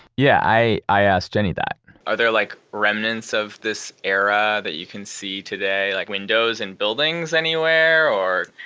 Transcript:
yeah, i i asked jenny that are there like remnants of this era that you can see today? like, windows and buildings anywhere, or,